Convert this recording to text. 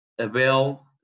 Abel